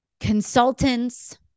consultants